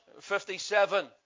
57